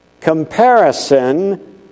Comparison